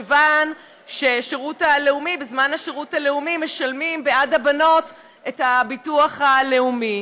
כיוון שבזמן השירות הלאומי משלמים בעד הבנות את הביטוח הלאומי.